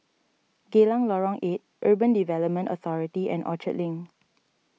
Geylang Lorong eight Urban Redevelopment Authority and Orchard Link